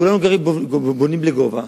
כולנו בונים לגובה.